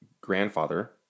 grandfather